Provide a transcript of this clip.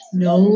no